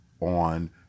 on